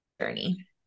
journey